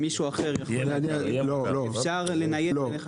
האם יהיה אפשר לנייד?